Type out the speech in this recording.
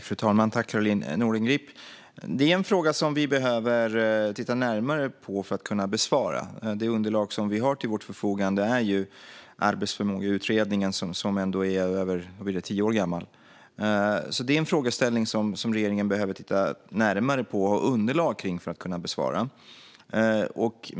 Fru talman! Detta är en fråga som vi behöver titta närmare på för att kunna besvara. Det underlag som vi har till vårt förfogande är ju underlaget från Arbetsförmågeutredningen, som ändå är över tio år gammalt. Detta är alltså en frågeställning som regeringen behöver titta närmare på och ha underlag kring för att kunna besvara.